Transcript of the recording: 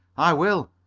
i will.